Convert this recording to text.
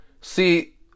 see